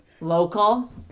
Local